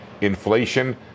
inflation